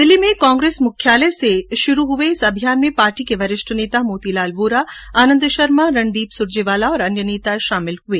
दिल्ली में कांग्रेस मुख्यालय से शुरू हये इस अभियान में पार्टी के वरिष्ठ नेता मोतीलाल वोरा आनन्द शर्मा रणदीप सुरजेवाला और अन्य नेता शामिल हुये